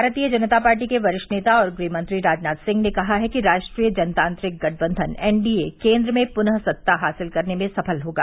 भारतीय जनता पार्टी के वरिष्ठ नेता और गृहमंत्री राजनाथ सिंह ने कहा है कि राष्ट्रीय जनतांत्रिक गठबन्धन एनडीए केन्द्र में प्नः सत्ता हासिल करने में सफल होगा